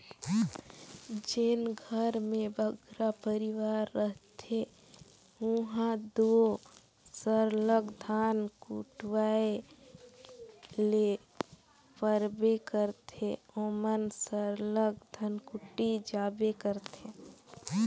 जेन घर में बगरा परिवार रहथें उहां दो सरलग धान कुटवाए ले परबे करथे ओमन सरलग धनकुट्टी जाबे करथे